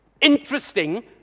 interesting